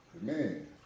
man